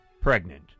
pregnant